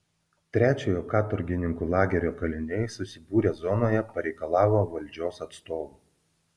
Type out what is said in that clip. trečiojo katorgininkų lagerio kaliniai susibūrę zonoje pareikalavo valdžios atstovų